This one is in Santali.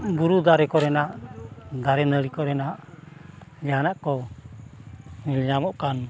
ᱵᱩᱨᱩ ᱫᱟᱨᱮ ᱠᱚᱨᱮᱱᱟᱜ ᱫᱟᱨᱮ ᱱᱟᱹᱲᱤ ᱠᱚᱨᱮᱱᱟᱜ ᱡᱟᱦᱟᱱᱟᱜ ᱠᱚ ᱧᱮᱞ ᱧᱟᱢᱚᱜ ᱠᱟᱱ